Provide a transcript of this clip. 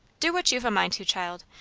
do what you've a mind to, child.